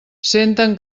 senten